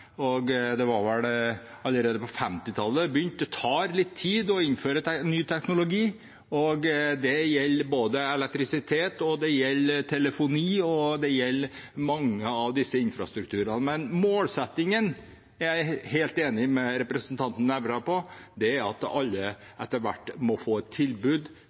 til 4G var fullt utbygd. Det minner meg litt om da vi holdt på med overgangen til automattelefonen på 1960- og 1970-tallet. Man hadde vel begynt allerede på 1950-tallet. Det tar litt tid å innføre ny teknologi. Det gjelder elektrisitet, det gjelder telefoni, og det gjelder mange av disse infrastrukturene. Men målsettingen er jeg helt enig med representanten Nævra